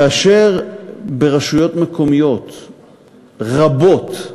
כאשר ברשויות מקומיות רבות,